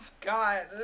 God